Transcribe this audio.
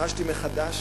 חשתי מחדש